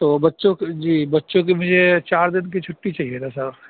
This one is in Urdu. تو بچوں جی بچوں کی مجھے چار دِن کی چُھٹی چاہیے تھا سر